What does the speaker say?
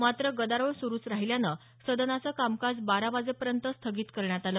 मात्र गदारोळ सुरुच राहिल्यानं सदनाचं कामकाज बारा वाजेपर्यंत स्थगित करण्यात आलं